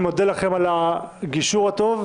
אני מודה לכם על הגישור הטוב.